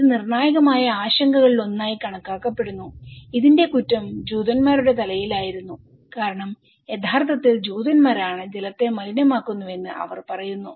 ഇത് നിർണായകമായ ആശങ്കകളിലൊന്നായി കണക്കാക്കപ്പെടുന്നു ഇതിന്റെ കുറ്റം ജൂതൻമാരുടെ തലയിൽ ആയിരുന്നു കാരണം യഥാർത്ഥത്തിൽ ജൂതന്മാരാണ് ജലത്തെ മലിനമാക്കുന്നുവെന്ന് അവർ പറയുന്നു